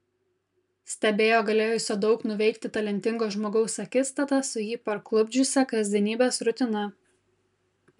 stebėjo galėjusio daug nuveikti talentingo žmogaus akistatą su jį parklupdžiusia kasdienybės rutina